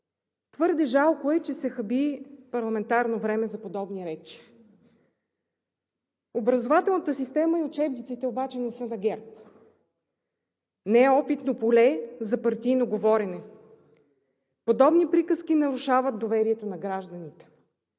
Твърде жалко е, че се хаби парламентарно време за подобни речи. Образователната система и учебниците обаче не са на ГЕРБ – не е опитно поле за партийно говорене. Подобни приказки нарушават доверието на гражданите.